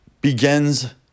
begins